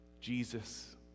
Jesus